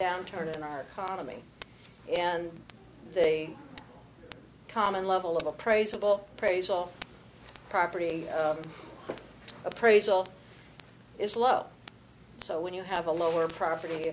downturn in our economy and the common level of appraisal appraisal property appraisal is low so when you have a lower property